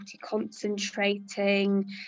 concentrating